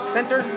Center